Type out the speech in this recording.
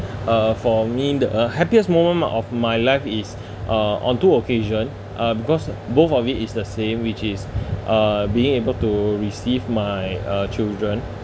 uh for me the happiest moment of my life is uh on two occasion ah because both of it is the same which is uh being able to receive my uh children